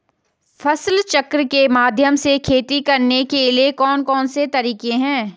फसल चक्र के माध्यम से खेती करने के लिए कौन कौन से तरीके हैं?